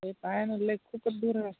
हे पायाने लै खूप दूर